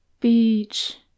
Beach